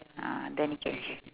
ah then you can